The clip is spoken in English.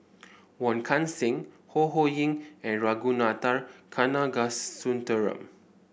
Wong Kan Seng Ho Ho Ying and Ragunathar Kanagasuntheram